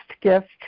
gift